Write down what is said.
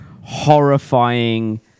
horrifying